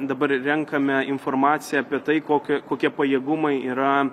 dabar ir renkame informaciją apie tai kokia kokie pajėgumai yra